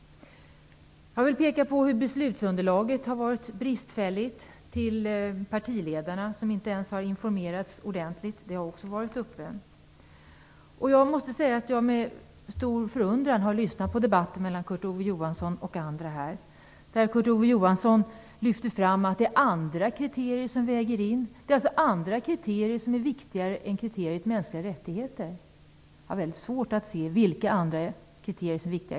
Jag vill peka på hur bristfälligt beslutsunderlaget till partiledarna har varit. De har inte ens informerats ordentligt. Det har också varit uppe. Jag måste säga att jag med stor förundran har lyssnat på debatten mellan Kurt Ove Johansson och andra här, där Kurt Ove Johansson lyfter fram att det är andra kriterier som väger in. Det är alltså andra kriterier som är viktigare än kriteriet mänskliga rättigheter! Jag har väldigt svårt att se vilka andra kriterier som är så viktiga.